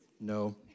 no